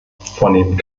vornehmen